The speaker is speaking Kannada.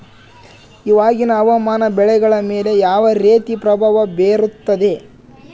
ಇವಾಗಿನ ಹವಾಮಾನ ಬೆಳೆಗಳ ಮೇಲೆ ಯಾವ ರೇತಿ ಪ್ರಭಾವ ಬೇರುತ್ತದೆ?